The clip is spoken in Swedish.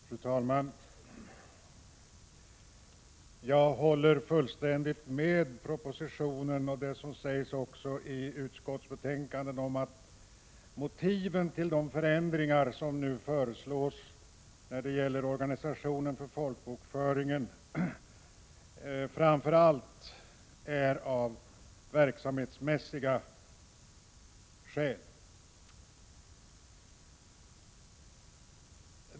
Fru talman! Jag instämmer fullständigt i det som står i propositionen och utskottsbetänkandet om att motiven till de förändringar som nu föreslås när det gäller organisationen av folkbokföringen framför allt är av verksamhetsmässig art.